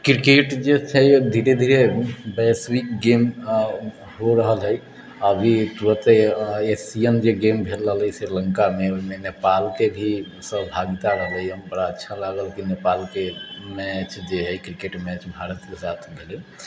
cricket जे छै धीरे धीरे वैश्विक गेम हो रहल हइ अभी तुरन्ते जे एशियन जे गेम भेल रहलै हँ श्रीलङ्कामे ओहिमे नेपालके भी सहभागिता रहलै हँ बड़ा अच्छा लागल कि नेपालके मैच जे हइ किरकेट मैच भारतके साथ भेलै